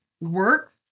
work